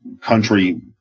country